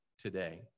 today